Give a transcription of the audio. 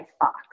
box